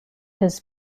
his